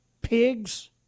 pigs